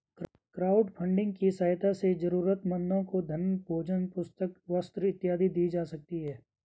crowdfunding की सहायता से जरूरतमंदों को धन भोजन पुस्तक वस्त्र इत्यादि दी जा सकती है